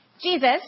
Jesus